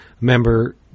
member